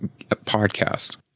podcast